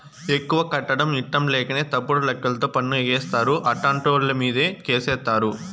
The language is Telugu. ఎక్కువ కట్టడం ఇట్టంలేకనే తప్పుడు లెక్కలతో పన్ను ఎగేస్తారు, అట్టాంటోళ్ళమీదే కేసేత్తారు